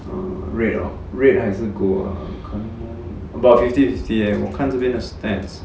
red or red 还是 gold ah about fifty fifty leh 我看这边的 stats